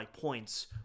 points